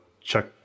check